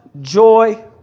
joy